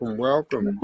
welcome